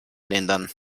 lindern